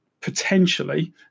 potentially